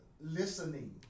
listening